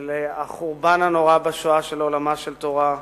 של החורבן הנורא בשואה של עולמה של תורה,